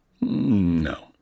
No